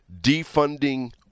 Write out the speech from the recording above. defunding